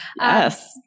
Yes